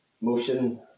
motion